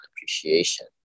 appreciation